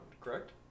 correct